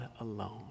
alone